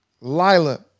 lila